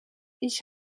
ich